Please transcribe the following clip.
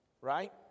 right